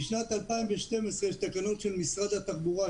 משנת 2012 יש תקנות של משרד התחבורה,